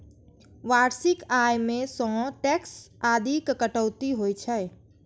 वार्षिक आय मे सं टैक्स आदिक कटौती होइ छै